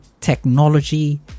technology